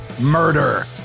murder